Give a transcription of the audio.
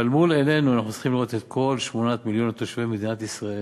אבל מול עינינו אנחנו צריכים לראות את כל 8 מיליון תושבי מדינת ישראל,